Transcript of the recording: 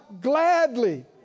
gladly